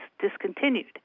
discontinued